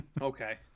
okay